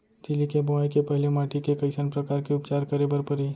तिलि के बोआई के पहिली माटी के कइसन प्रकार के उपचार करे बर परही?